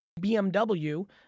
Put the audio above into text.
BMW